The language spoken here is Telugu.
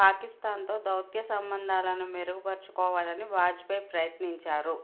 పాకిస్తాన్తో దౌత్య సంబంధాలను మెరుగుపరచుకోవాలని వాజపేయి ప్రయత్నించారు